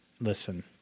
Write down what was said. Listen